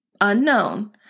unknown